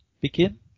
begin